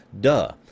Duh